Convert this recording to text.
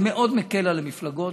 זה מאוד מקל על המפלגות.